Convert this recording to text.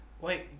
Wait